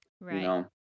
Right